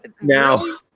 Now